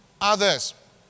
others